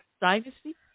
dynasty